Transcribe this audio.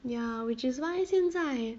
ya which is why 现在